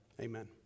Amen